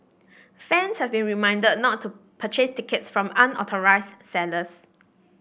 fans have been reminded not to purchase tickets from unauthorised sellers